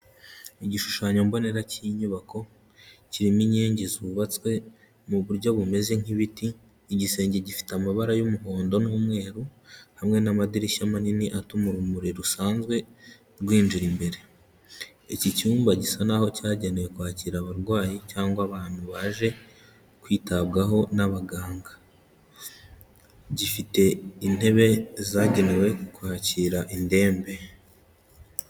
Igishushanyo mbonera cy'inyubako, kirimo inkingi zubatswe mu buryo bumeze nk'ibiti, igisenge gifite amabara y'umuhondo n'umweru, hamwe n'amadirishya manini atuma urumuri rusanzwe rwinjira imbere, iki cyumba gisa naho cyagenewe kwakira abarwayi cyangwa abantu baje kwitabwaho n'abaganga, gifite intebe zagenewe kwakira indembe.